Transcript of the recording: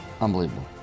Unbelievable